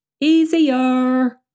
easier